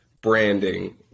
branding